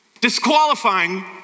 Disqualifying